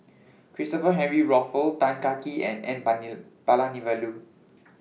Christopher Henry Rothwell Tan Kah Kee and N Palanivelu